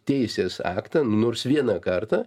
teisės aktą nors vieną kartą